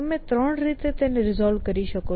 તમે 3 રીતે તેને રીઝોલ્વ કરી શકો